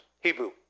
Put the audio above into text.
Hebrew